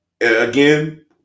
again